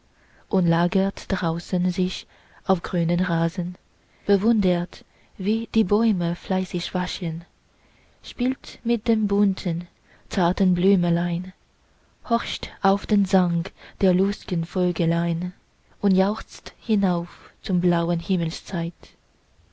lagert draußen sich auf grünem rasen bewundert wie die bäume fleißig wachsen spielt mit den bunten zarten blümelein horcht auf den sang der lustgen vögelein und jauchzt hinauf zum blauen